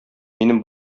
минем